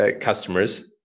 customers